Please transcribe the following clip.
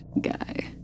guy